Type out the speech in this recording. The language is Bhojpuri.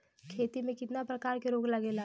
खेती में कितना प्रकार के रोग लगेला?